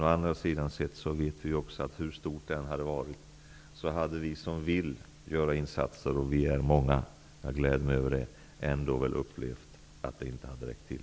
Å andra sidan vet vi att hur stort det än hade varit hade vi som vill göra insatser -- och vi är många, jag gläder mig åt det -- ändå upplevt att det inte hade räckt till.